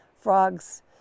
frogs